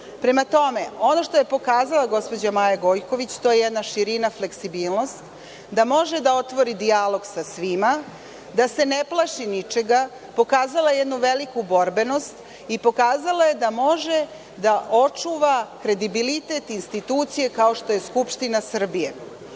tome, ono što je pokazala gospođa Maja Gojković, to je jedna širina i fleksibilnost, da može da otvori dijalog sa svima, da se ne plaši ničega, pokazala je jednu veliku borbenost i pokazala je da može da očuva kredibilitet institucije kao što je Skupština Srbije. Ono